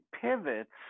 pivots